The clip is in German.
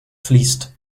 fließt